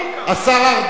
השר ארדן,